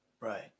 Right